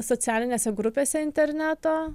socialinėse grupėse interneto